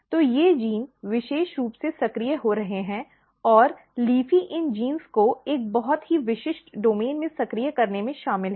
तो ये जीन विशेष रूप से सक्रिय हो रहे हैं और LEAFY इन जीनों को एक बहुत ही विशिष्ट डोमेन में सक्रिय करने में शामिल है